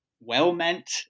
well-meant